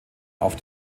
auf